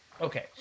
okay